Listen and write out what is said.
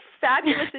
fabulous